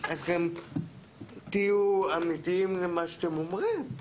אז גם תהיו אמיתיים עם מה שאתם אומרים.